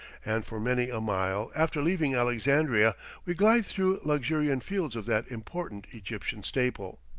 and for many a mile after leaving alexandria we glide through luxuriant fields of that important egyptian staple.